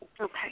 Okay